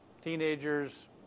teenagers